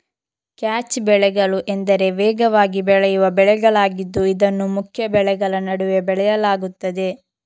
catch ಬೆಳೆಗಳು ಎಂದರೆ ವೇಗವಾಗಿ ಬೆಳೆಯುವ ಬೆಳೆಗಳಾಗಿದ್ದು ಇದನ್ನು ಮುಖ್ಯ ಬೆಳೆಗಳ ನಡುವೆ ಬೆಳೆಯಲಾಗುತ್ತದೆ